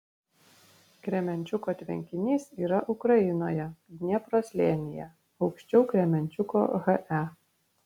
kremenčuko tvenkinys yra ukrainoje dniepro slėnyje aukščiau kremenčuko he